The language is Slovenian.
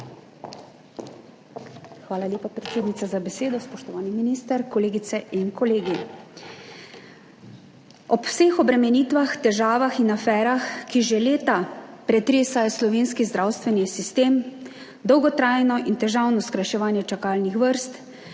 Hvala lepa, predsednica, za besedo. Spoštovani minister, kolegice in kolegi! Ob vseh obremenitvah, težavah in aferah, ki že leta pretresajo slovenski zdravstveni sistem dolgotrajno, in težavno skrajševanje čakalnih vrst